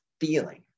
feeling